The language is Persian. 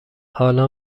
حالا